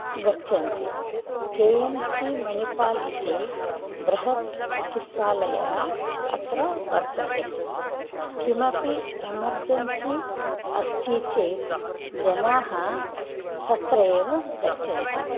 गच्छन्ति K M C Manipal इति बृहत् चिकित्सालय अत्र वर्तते किमपि एमर्जन्सि अस्ति चेत् जनाः तत्र एव गच्छन्ति